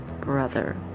brother